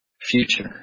future